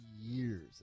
years